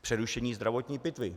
Přerušení zdravotní pitvy.